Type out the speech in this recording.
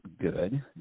good